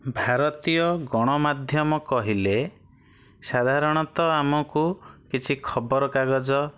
ଭାରତୀୟ ଗଣମାଧ୍ୟମ କହିଲେ ସାଧାରଣତଃ ଆମକୁ କିଛି ଖବର କାଗଜ